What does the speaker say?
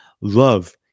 love